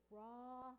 raw